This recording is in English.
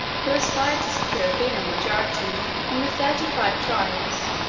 who aspired to secure a venal majority in the thirty-five tribes,